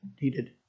needed